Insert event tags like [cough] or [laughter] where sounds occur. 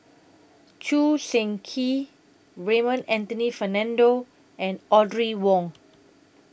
[noise] Choo Seng Quee Raymond Anthony Fernando and Audrey Wong